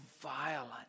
violent